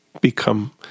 become